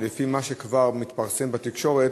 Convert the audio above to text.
ולפי מה שכבר מתפרסם בתקשורת